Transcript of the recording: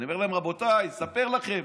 אני אומר להם: רבותיי, אספר לכם,